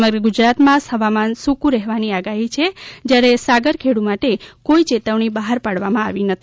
સમગ્ર ગુજરાત માં હવામાન સૂકું રહેવાની આગાહી છે જ્યારે સાગરખેડુ માટે કોઈ ચેતવણી બહાર પાડવામાં આવી નથી